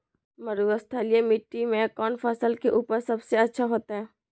मरुस्थलीय मिट्टी मैं कौन फसल के उपज सबसे अच्छा होतय?